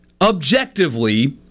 objectively